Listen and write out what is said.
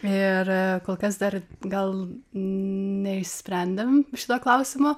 ir kol kas dar gal neišsprendėm šito klausimo